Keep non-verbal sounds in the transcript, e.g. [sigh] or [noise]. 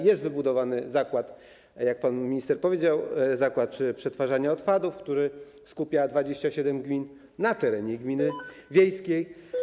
Jest wybudowany, jak pan minister powiedział, zakład przetwarzania odpadów, który skupia 27 gmin, na terenie gminy [noise] wiejskiej.